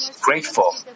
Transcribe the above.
grateful